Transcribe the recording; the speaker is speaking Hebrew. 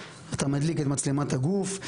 אתה מדליק את מצלמת הגוף.